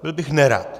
Byl bych nerad.